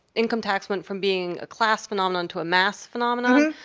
income tax went from being a class phenomenon to a mass phenomenon.